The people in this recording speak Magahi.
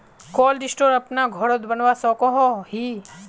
कोल्ड स्टोर अपना घोरोत बनवा सकोहो ही?